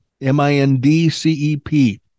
M-I-N-D-C-E-P